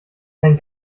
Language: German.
kein